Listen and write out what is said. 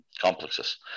complexes